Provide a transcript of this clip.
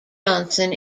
johnson